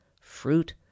Fruit